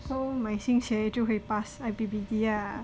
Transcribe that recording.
so 买新鞋就会 pass I_P_P_T lah